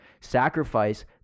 Sacrifice